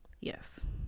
Yes